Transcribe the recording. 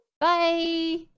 Bye